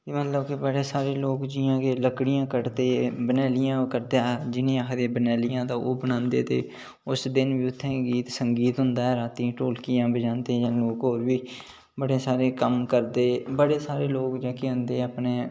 ते बड़े सारे लोक जि'यां के लकड़ियां कटदे बंदेलियां जिन्नियां हारियां बंदेलियां ते ओह् बनांदे ते उस दिन बी उत्थै गीत संगीत होंदा ऐ रातीं ढोलकियां बजांदे लोक होर बी बड़े सारे कम्म करदे बड़े सारे लोक अपने